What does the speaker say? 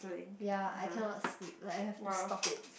ya I cannot sleep like I have to stop it